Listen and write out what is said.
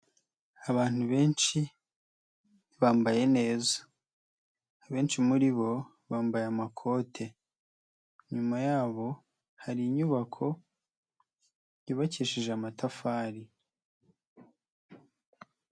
Abantu benshi bambaye neza. Abenshi muri bo bambaye amakote. Inyuma yabo hari inyubako yubakishije amatafari.